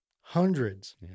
hundreds